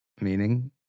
Meaning